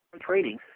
training